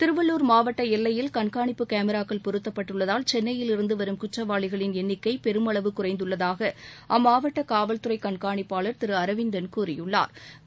திருவள்ளர் எல்லையில் கண்காணிப்பு காமிராக்கள் பொருத்தப்பட்டுள்ளதால் சென்னையிலிருந்து வரும் குற்றவாளிகளின் எண்ணிக்கை பெருமளவு குறைந்துள்ளதாக அம்மாவட்ட காவல்துறை கண்காணிப்பாளா் திரு அரவிந்தன் கூறியுள்ளாா்